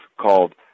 called